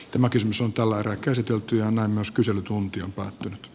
tämä kysymys on tällä erää käsiteltyään myös kyselytunti on päättynyt